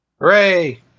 Hooray